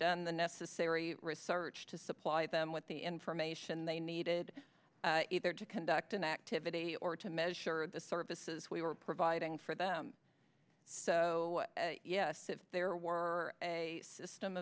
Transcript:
done the necessary research to supply them with the information they needed either to conduct an activity or to measure the services we were providing for them so yes if there were a system